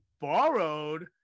borrowed